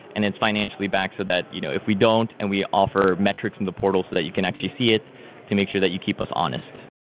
and it's financially backed so that you know if we don't and we offer metrics and the portal so that you can actually see it to make sure that you keep us honest.